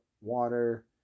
water